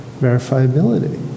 verifiability